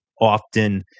often